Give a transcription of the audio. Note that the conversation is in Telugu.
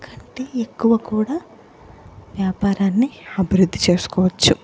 కంటే ఎక్కువ కూడా వ్యాపారాన్ని అభివృద్ధి చేసుకోవచ్చు